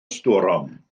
storm